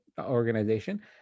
organization